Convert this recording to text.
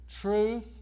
truth